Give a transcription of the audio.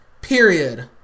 Period